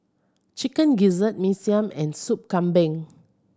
Chicken Gizzard Mee Siam and Sop Kambing